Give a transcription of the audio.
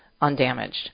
undamaged